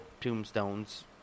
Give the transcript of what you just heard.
tombstones